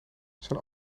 zijn